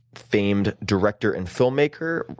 famed director and film-maker.